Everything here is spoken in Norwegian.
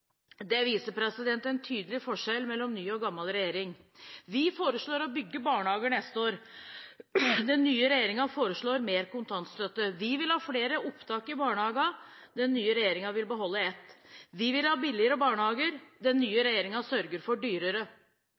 Det viser en tydelig forskjell mellom ny og gammel regjering. Vi foreslår å bygge barnehager neste år, den nye regjeringen foreslår mer kontantstøtte. Vi vil ha flere opptak i barnehagene, den nye regjeringen vil beholde ett. Vi vil ha billigere barnehager, den nye regjeringen sørger for dyrere.